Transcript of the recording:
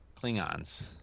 Klingons